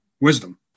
wisdom